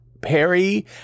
Perry